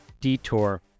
DETOUR